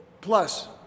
plus